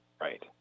Right